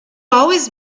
always